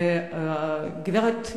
והגברת,